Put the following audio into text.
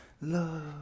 love